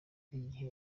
igihe